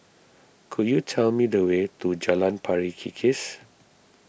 could you tell me the way to Jalan Pari Kikis